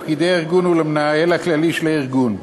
לפקידי הארגון ולמנהל הכללי של הארגון.